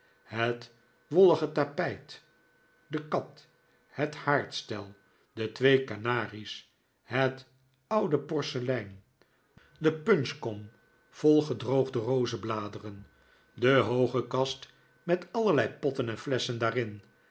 het wollige tapijt de kat het haardstel de twee kanaries het oude porcelein de punchdavid copperfield kom vol gedroogde rozebladeren de hooge kast met allerlei potten en flesschen daarin